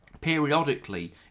periodically